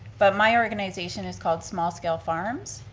but my organization is called small scale farms.